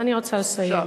לא, אני רוצה לסיים.